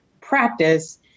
practice